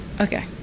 Okay